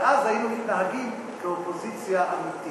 ואז היינו מתנהגים כאופוזיציה אמיתית.